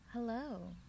Hello